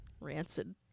Rancid